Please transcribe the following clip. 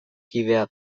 kidea